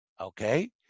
Okay